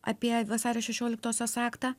apie vasario šešioliktosios aktą